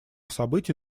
событий